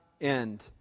end